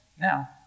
now